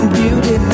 beauty